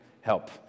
Help